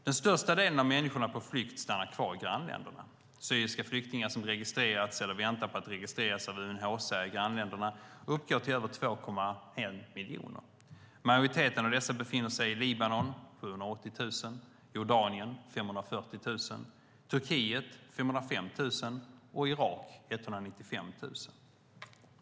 Den största delen av människorna på flykt stannar kvar i grannländerna. Syriska flyktingar som registrerats eller väntar på att registreras av UNHCR i grannländerna uppgår till över 2,1 miljoner. Majoriteten av dessa befinner sig i Libanon, dit 780 000 flytt, Jordanien, dit 540 000 flytt, Turkiet, dit 505 000 flytt, och Irak, dit 195 000 flytt.